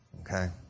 Okay